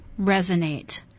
resonate